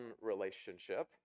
relationship